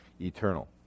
eternal